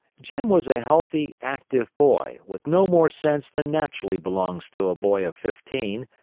jim was a healthy, active boy, with no more sense than naturally belongs to a boy of fifteen,